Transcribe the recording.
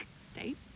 state